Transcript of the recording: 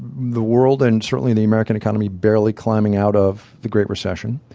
the world and certainly the american economy barely climbing out of the great recession.